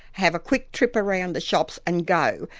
have a quick trip around the shops and go.